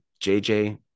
JJ